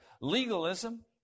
legalism